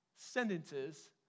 sentences